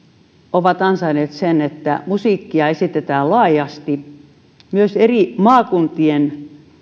ovat ansainneet sen että musiikkia esitetään laajasti myös eri maakuntien